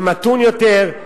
ומתון יותר,